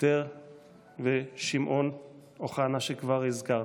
אסתר ושמעון אוחנה, שכבר הזכרתי.